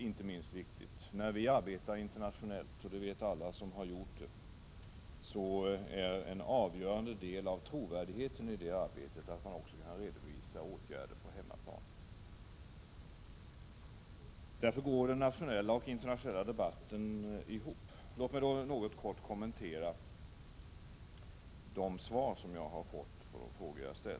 Inte minst viktigt är följande: När vi arbetar internationellt — och det vet alla som har gjort det — består en avgörande del av trovärdigheten i arbetet i att man också kan redovisa åtgärder på hemmaplan. Därför går den nationella och internationella debatten ihop. Låt mig något kort kommentera de svar som jag har fått på de frågor som jag har ställt.